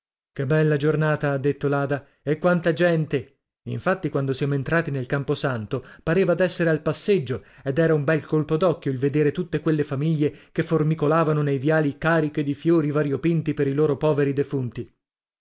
che bella giornata ha detto l'ada e quanta gente infatti quando siamo entrati nel camposanto pareva d'essere al passeggio ed era un bel colpo d'occhio il vedere tutte quelle famiglie che formicolavano nei viali cariche di fiori variopinti per i loro poveri defunti